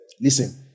Listen